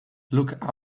look